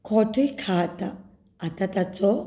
खोटूय खा आतां आतां ताचो